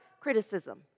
criticism